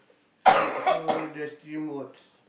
so so there's three modes